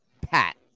pat